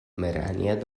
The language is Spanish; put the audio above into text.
pomerania